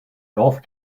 golf